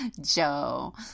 Joe